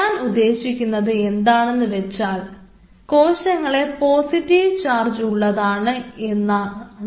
ഞാൻ ഉദ്ദേശിക്കുന്നത് എന്താണെന്ന് വെച്ചാൽ കോശങ്ങളെല്ലാം പോസിറ്റീവ് ചാർജ് ഉള്ളതാണ് എന്നാണ്